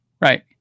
Right